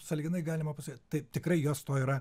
sąlyginai galima pasakyti taip tikrai jos to yra